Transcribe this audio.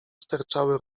sterczały